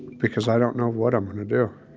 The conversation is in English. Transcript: because i don't know what i'm gonna do